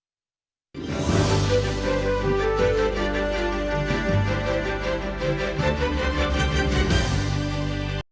Дякую